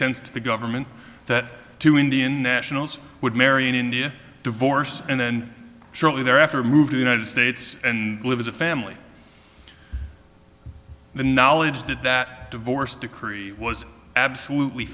sense to the government that two indian nationals would marry in india divorce and then shortly thereafter moved to united states and live as a family the knowledge that that divorce decree was absolutely